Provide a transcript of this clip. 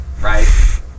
Right